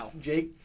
Jake